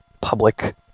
public